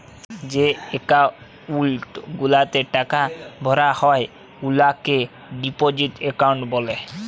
যে একাউল্ট গুলাতে টাকা ভরা হ্যয় উয়াকে ডিপজিট একাউল্ট ব্যলে